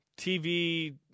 TV